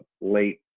late